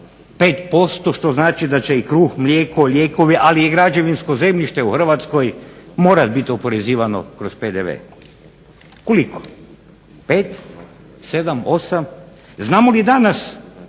5% što znači da će i kruh, lijekovi i građevinsko zemljište u Hrvatskoj morati biti oporezivano kroz PDV, koliko? 5, 7, 8? Znamo li danas